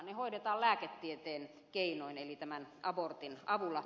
ne hoidetaan lääketieteen keinoin eli tämän abortin avulla